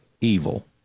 evil